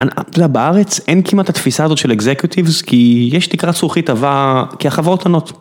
בארץ אין כמעט ת'תפיסה הזאת של אקזקיוטיבס כי יש תקרה זכוכית עבה כי החברות עונות.